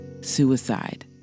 suicide